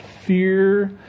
fear